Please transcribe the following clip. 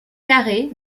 carré